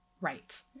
Right